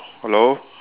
hello